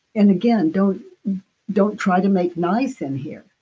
and again, don't don't try to make nice in here.